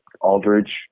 Aldridge